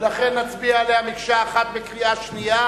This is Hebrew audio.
ולכן נצביע עליה מקשה אחת בקריאה שנייה,